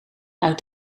uit